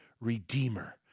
Redeemer